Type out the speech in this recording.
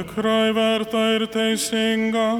tikrai verta ir teisinga